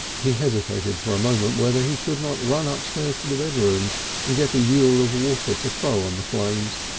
he hesitated for a moment whether he should not run upstairs to the bedrooms and get a ewer of water to throw on the flames.